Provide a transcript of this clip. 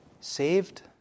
Saved